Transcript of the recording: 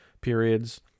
periods